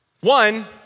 One